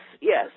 yes